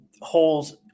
holes